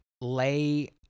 lay